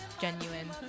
genuine